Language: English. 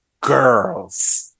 girls